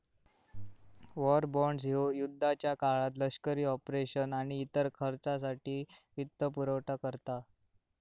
war bonds ह्यो युद्धाच्या काळात लष्करी ऑपरेशन्स आणि इतर खर्चासाठी वित्तपुरवठा करता